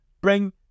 bring